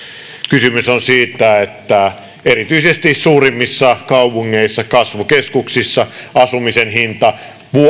kysymys on siitä että erityisesti suurimmissa kaupungeissa ja kasvukeskuksissa asumisen hinta